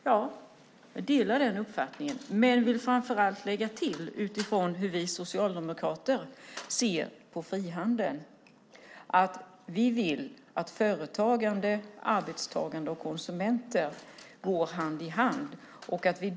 Jag delar den uppfattningen men vill framför allt lägga till, utifrån hur vi socialdemokrater ser på frihandel, att vi vill att företagare, arbetstagare och konsumenter går hand i hand.